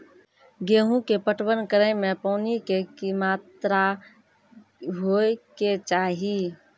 गेहूँ के पटवन करै मे पानी के कि मात्रा होय केचाही?